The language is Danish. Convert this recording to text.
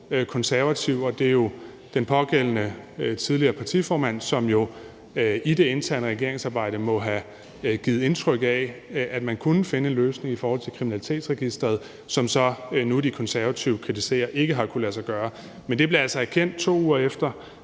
konservativ, og det er jo den pågældende tidligere partiformand, som i det interne regeringsarbejde må have givet det indtryk, at man kunne finde en løsning i forhold til kriminalitetsregisteret, hvad De Konservative så nu kritiserer ikke har kunnet lade sig gøre, men det blev altså erkendt, 2 uger efter